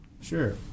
Sure